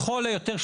לכל היותר,